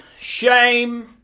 shame